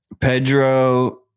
Pedro